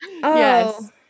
Yes